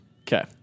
Okay